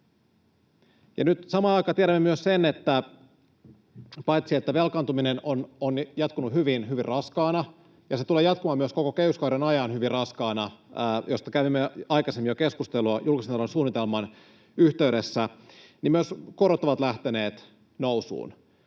Nyt samaan aikaan tiedämme myös sen, että paitsi että velkaantuminen on jatkunut hyvin, hyvin raskaana ja se tulee jatkumaan myös koko kehyskauden ajan hyvin raskaana — mistä kävimme aikaisemmin jo keskustelua julkisen talouden suunnitelman yhteydessä — myös korot ovat lähteneet nousuun.